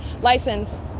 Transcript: license